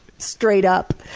straight up!